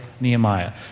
Nehemiah